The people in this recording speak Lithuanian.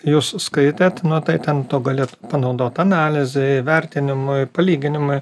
jūs skaitėt nu tai ten galėt panaudot analizei vertinimui palyginimui